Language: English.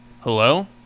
Hello